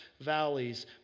valleys